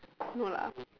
no lah